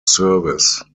service